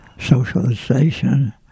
socialization